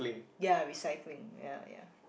ya recycling ya ya